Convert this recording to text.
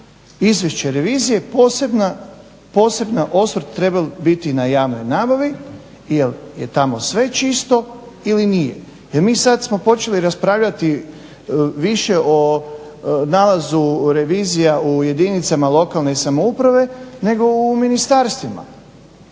izvješće revizije poseban osvrt trebao biti na javnoj nabavi jer je tamo sve čisto ili nije. Jer mi sad smo počeli raspravljati više o nalazu revizija u jedinicama lokalne samouprave nego u ministarstvima,